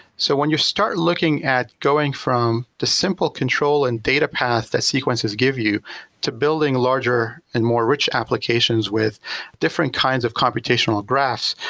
so when you start looking at going from the simple control and data path that sequences give you to building larger and more rich applications with different kinds of computational graphs,